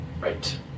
Right